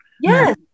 Yes